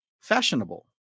fashionable